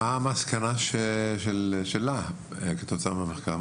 מה המסקנה שלה כתוצאה מהמחקר?